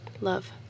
love